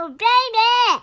baby